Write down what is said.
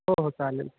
हो हो चालेल हो